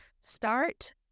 Start